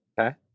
Okay